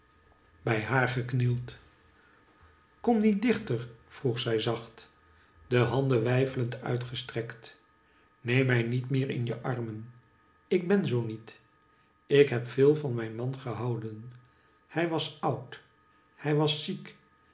bij haar geknield kom niet dichter vroeg zij zacht de handen weifelend uitgestrekt neem mij niet meer in je armen ik ben zoo niet ik heb veel van mijn man gehouden hij was oud hij was ziek